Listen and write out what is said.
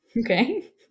Okay